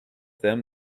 them